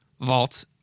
Vault